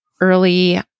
early